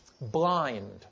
blind